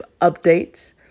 updates